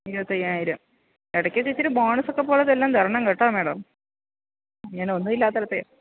ഇരുപത്തി അയ്യായിരം ഇടയ്കൊക്കെ ഇച്ചിരി ബോണസൊക്കെ വല്ലതും തരണം കേട്ടോ മേഡം ഞാനൊന്നും ഇല്ലാത്ത ഇടത്തെയാണ്